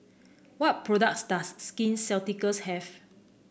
what products does Skin Ceuticals have